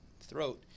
throat